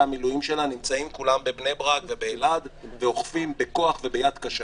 המילואים שלה נמצאים כולם בבני ברק ובאלעד ואוכפים בכוח וביד קשה.